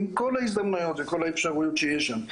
עם כל ההזדמנויות וכל האפשרויות שיש שם.